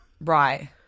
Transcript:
Right